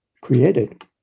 created